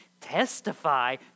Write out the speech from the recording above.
Testify